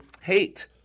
hate